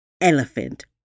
elephant